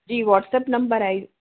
जी WhatsApp number आहे